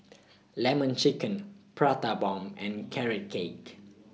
Lemon Chicken Prata Bomb and Carrot Cake